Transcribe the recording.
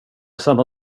samma